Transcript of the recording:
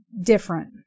different